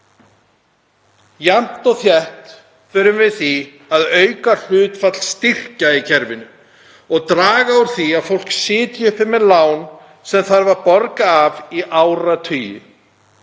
Jafnt og þétt þurfum við því að auka hlutfall styrkja í kerfinu og draga úr því að fólk sitji uppi með lán sem þarf að borga af í áratugi.